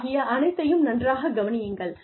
ஆகிய அனைத்தையும் நன்றாகக் கவனியுங்கள்